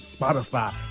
Spotify